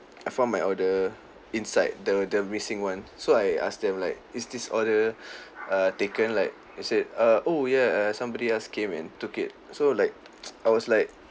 I found my order inside the the missing one so I ask them like is this order uh taken like they said uh oh ya uh somebody else came and took it so like I was like